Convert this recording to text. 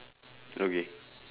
okay